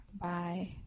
bye